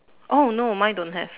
oh no mine don't have